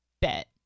bet